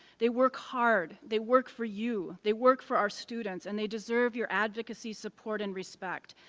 they work hard, they work for you, they work for our students and they deserve your advocacy support and respect.